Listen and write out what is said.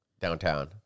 Downtown